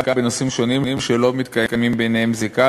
בנושאים שונים שלא מתקיימת ביניהם זיקה,